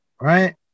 right